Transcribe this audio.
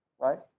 right